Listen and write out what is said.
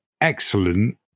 excellent